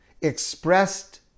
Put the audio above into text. expressed